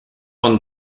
man